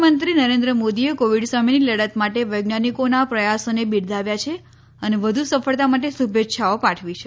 પ્રધાનમંત્રી નરેન્દ્ર મોદીએ કોવિડ સામેની લડત માટે વૈજ્ઞાનિકોના પ્રયાસોને બિરદાવ્યા છે અને વધુ સફળતા માટે શુભેચ્છાઓ પાઠવી છે